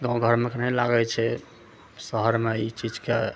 गाँव घरमे अखन नहि लागै छै शहर मे ई चीजके